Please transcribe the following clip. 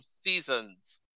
seasons